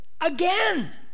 Again